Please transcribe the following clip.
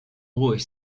ruhig